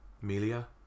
Melia